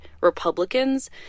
Republicans